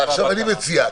אני מציע,